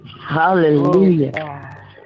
Hallelujah